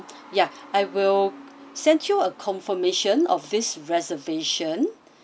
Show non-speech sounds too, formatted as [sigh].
ya I will send you a confirmation of this reservation [breath]